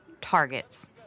Targets